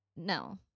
no